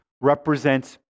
represents